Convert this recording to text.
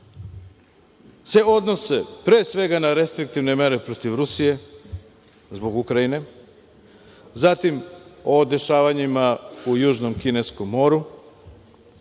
se odnose, pre svega, na restriktivne mere protiv Rusije, zbog Ukrajine, zatim o dešavanjima u južnom kineskom moru,